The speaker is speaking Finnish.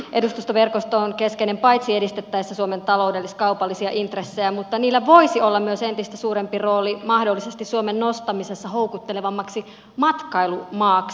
edustustoverkosto on keskeinen paitsi edistettäessä suomen taloudellis kaupallisia intressejä mutta edustustoilla voisi olla myös entistä suurempi rooli mahdollisesti suomen nostamisessa houkuttelevammaksi matkailumaaksi